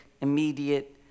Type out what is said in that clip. immediate